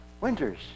winters